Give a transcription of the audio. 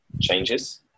changes